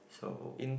so